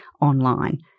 online